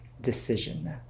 decision